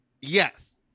Yes